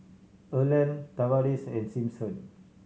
Erland Tavares and Simpson